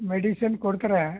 medicine ಕೊಡ್ತಾರೆ